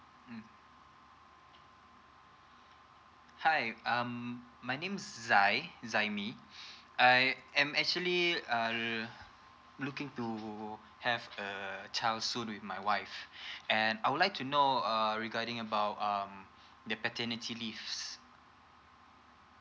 mm hi um my name is zai zaimi I am actually um looking to have a child soon with my wife and I would like to know uh regarding about um the paternity leaves